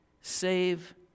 save